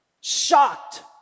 shocked